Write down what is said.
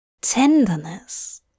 tenderness